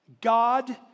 God